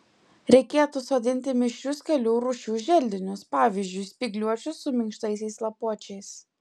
reikėtų sodinti mišrius kelių rūšių želdinius pavyzdžiui spygliuočius su minkštaisiais lapuočiais